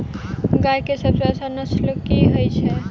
गाय केँ सबसँ अच्छा नस्ल केँ छैय?